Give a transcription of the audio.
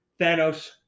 Thanos